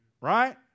Right